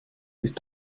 ist